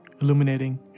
illuminating